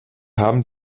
haben